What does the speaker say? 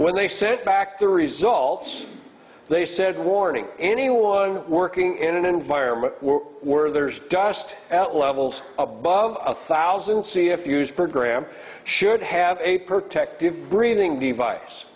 when they sent back the results they said warning anyone working in an environment where there's dust at levels above a thousand see if used program should have a protective breathing device